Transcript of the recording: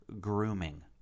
grooming